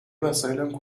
وسایلم